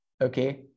okay